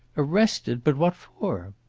arrested! but what for?